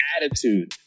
attitude